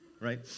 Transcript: right